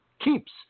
keeps